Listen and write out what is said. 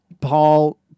Paul